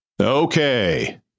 Okay